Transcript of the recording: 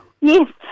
Yes